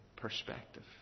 perspective